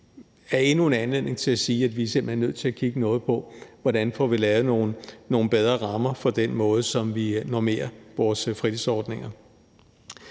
er endnu en anledning til at sige, at vi simpelt hen er nødt til at kigge noget på, hvordan vi får lavet nogle bedre rammer for den måde, som vi normerer vores fritidsordninger